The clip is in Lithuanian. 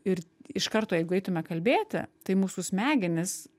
ir iš karto jeigu eitume kalbėti tai mūsų smegenys